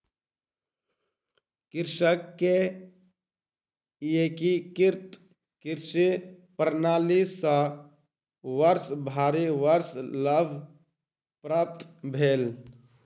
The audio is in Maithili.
कृषक के एकीकृत कृषि प्रणाली सॅ वर्षभरि वर्ष लाभ प्राप्त भेल